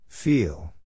Feel